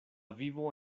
vivo